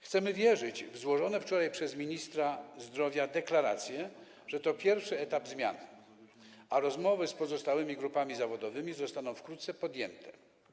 Chcemy wierzyć w złożone wczoraj przez ministra zdrowia deklaracje, że to pierwszy etap zmian, a rozmowy z pozostałymi grupami zawodowymi zostaną wkrótce podjęte.